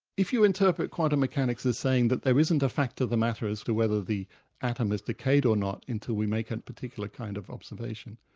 if you interpret quantum mechanics as saying that there isn't a fact of the matter as to whether the atom is has decayed or not until we make a particular kind of observation,